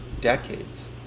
decades